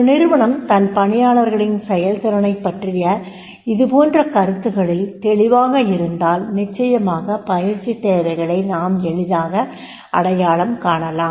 ஒரு நிறுவனம் தன் பணியாளர்களின் செயல்திறனைப் பற்றிய இத்போன்ற கருத்துக்களில் தெளிவாக இருந்தால் நிச்சயமாக பயிற்சித் தேவைகளை நாம் எளிதாக அடையாளம் காணலாம்